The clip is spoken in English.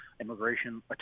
immigration